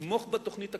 לתמוך בתוכנית הכלכלית.